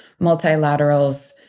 multilaterals